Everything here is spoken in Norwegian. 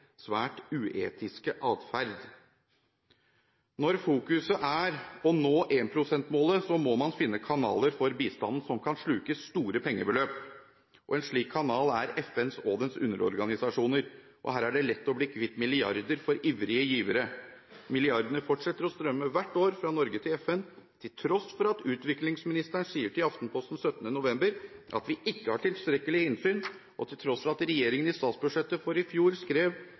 svært uetisk atferd. Når fokuset er å nå 1 pst.-målet, må man finne kanaler for bistanden som kan sluke store pengebeløp, og en slik kanal er FN og dens underorganisasjoner. Her er det lett å bli kvitt milliarder for ivrige givere. Milliardene fortsetter å strømme hvert år fra Norge til FN, til tross for at utviklingsministeren sier til Aftenposten 17. november at vi ikke har tilstrekkelig innsyn, og til tross for at regjeringen i statsbudsjettet for i fjor skrev: